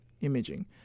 imaging